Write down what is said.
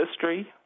history